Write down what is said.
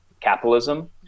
capitalism